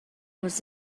was